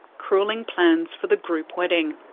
cruelling plans for the group wedding.